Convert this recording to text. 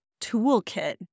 toolkit